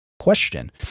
question